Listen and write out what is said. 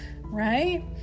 right